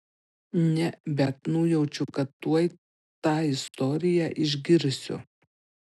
ne bet nujaučiu kad tuoj tą istoriją išgirsiu